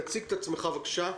תציג את עצמך בבקשה.